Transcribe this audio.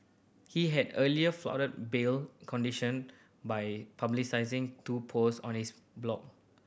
he had earlier flouted bail condition by publicising two post on his blog